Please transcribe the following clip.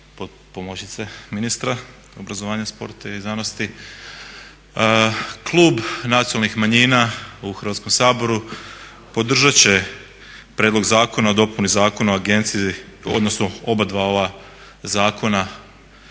pomoćnice ministra obrazovanja, sporta i znanosti. Klub Nacionalnih manjina u Hrvatskom saboru podržat će Prijedlog zakona o dopuni Zakona o Agenciji, odnosno obadva ova zakona